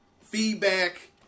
Feedback